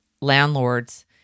landlords